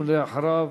ואחריו,